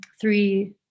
three